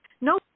no